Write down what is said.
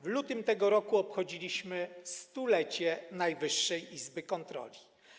W lutym tego roku obchodziliśmy 100-lecie Najwyższej Izby Kontroli.